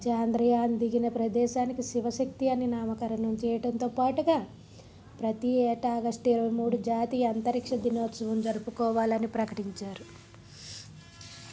చాంద్రయాన్ దిగిన ప్రదేశానికి శివశక్తి అని నామకరణం చేయటంతో పాటుగా ప్రతీ ఏటా ఆగస్ట్ ఇరవైమూడు జాతీయ అంతరిక్ష దినోత్సవం జరుపుకోవాలని ప్రకటించారు